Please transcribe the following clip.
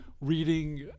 reading